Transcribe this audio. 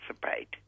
participate